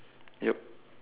yup